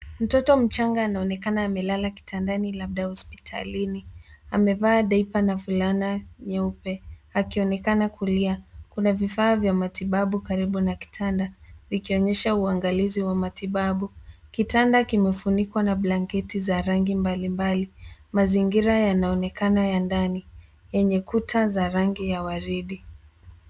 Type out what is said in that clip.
Mtoto mchanga anaonekana amelala kitandani labda hospitalini. Amevaa diaper na fulana nyeupe akionekana kulia. Kuna vifaa vya matibabu karibu na kitanda vikionyesha uangalizi wa matibabu. Kitanda kimefunikwa na blanketi za rangi mbalimbali. Mazingira yanaonekana ya ndani yenye kuta za rangi ya waridi.